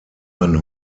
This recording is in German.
man